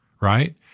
right